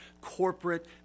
corporate